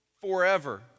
forever